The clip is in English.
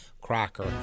Crocker